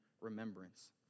remembrance